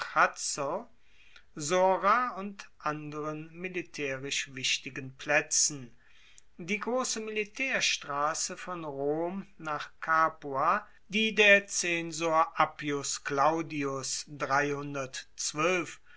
sora und anderen militaerisch wichtigen plaetzen die grosse militaerstrasse von rom nach capua die der zensor appius claudius